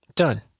Done